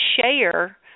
share